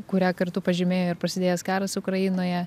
kurią kartu pažymėjo ir prasidėjęs karas ukrainoje